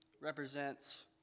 represents